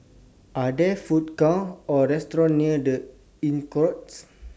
Are There Food Courts Or restaurants near The Inncrowd